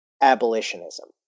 abolitionism